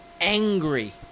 angry